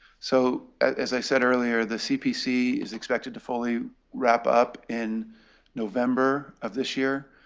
so as i said earlier, the cpc is expected to fully wrap up in november of this year.